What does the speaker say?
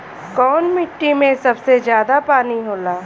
कौन मिट्टी मे सबसे ज्यादा पानी होला?